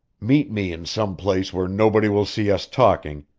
meet me in some place where nobody will see us talking,